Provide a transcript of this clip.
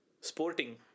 Sporting